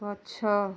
ଗଛ